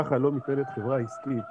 ככה לא מתנהלת חברה עסקית.